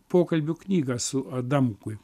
pokalbių knygą su adamkui